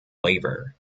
labor